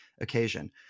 occasion